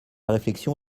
réflexion